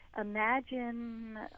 imagine